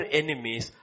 enemies